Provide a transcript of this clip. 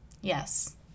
Yes